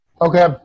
Okay